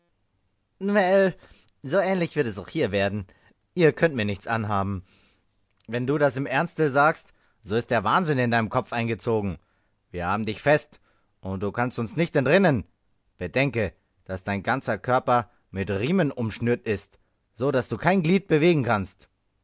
so ähnlich wird es auch hier werden ihr könnt mir nichts anhaben wenn du das im ernste sagst so ist der wahnsinn in deinem kopfe eingezogen wir haben dich fest und du kannst uns nicht entrinnen bedenke daß dein ganzer körper mit riemen umschnürt ist so daß du kein glied bewegen kannst